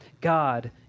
god